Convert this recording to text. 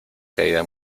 caída